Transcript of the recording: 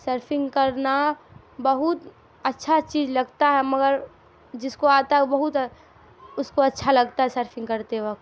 surfing کرنا بہت اچھا چیز لگتا ہے مگر جس کو آتا ہے وہ بہت اس کو اچھا لگتا ہے سرفنگ کرتے وقت